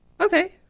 Okay